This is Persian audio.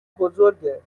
بزرگه